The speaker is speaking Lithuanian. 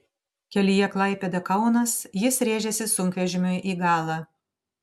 kelyje klaipėda kaunas jis rėžėsi sunkvežimiui į galą